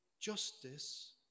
justice